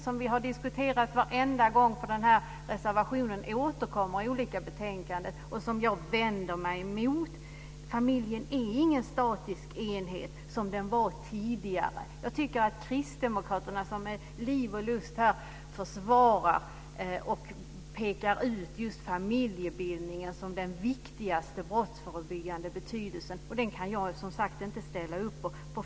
Det har vi diskuterat varenda gång som den här reservationen återkommit i olika betänkanden. Jag vänder mig mot detta. Familjen är ingen statisk enhet som den var tidigare. Kristdemokraterna pekar ut och försvarar med liv och lust just familjebildningen som den viktigaste brottsförebyggande faktorn. Det kan jag inte ställa upp på.